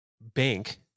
bank